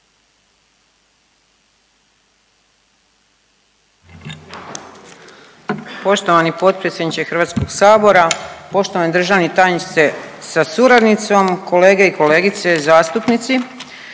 Poštovani potpredsjedniče HS, poštovani državni tajniče sa suradnicom, kolege i kolegice zastupnici.